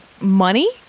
money